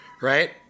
right